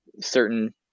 certain